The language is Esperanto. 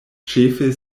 ĉefe